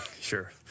Sure